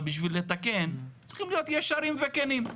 אבל בשביל לתקן צריכים להיות ישרים וכנים.